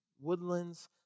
woodlands